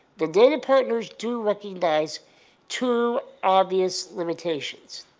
the data partners do recognize two obvious limitations,